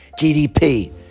GDP